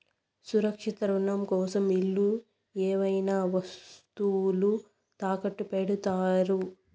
సురక్షిత రుణం కోసం ఇల్లు ఏవైనా వస్తువులు తాకట్టు పెడతారు